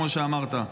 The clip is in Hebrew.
כמו שאמרת,